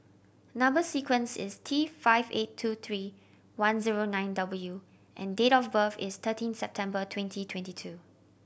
number sequence is T five eight two three one zero nine W and date of birth is thirteen September twenty twenty two